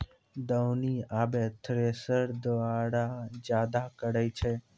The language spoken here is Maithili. दौनी आबे थ्रेसर द्वारा जादा करै छै